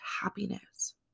happiness